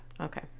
Okay